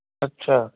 ਅੱਛਾ